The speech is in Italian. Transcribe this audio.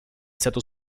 stato